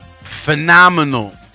Phenomenal